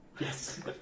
Yes